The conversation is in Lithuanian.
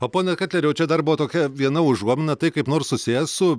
o pone ketleriau čia dar buvo tokia viena užuomina tai kaip nors susiję su